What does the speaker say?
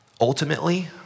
Ultimately